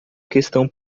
questão